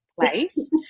place